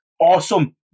Awesome